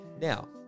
Now